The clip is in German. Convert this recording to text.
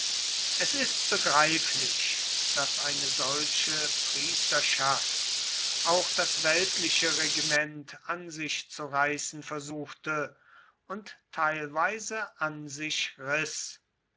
es ist begreiflich daß eine solche priesterschaft auch das weltliche regiment an sich zu reißen versuchte und teilweise an sich riß